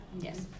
yes